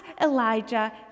Elijah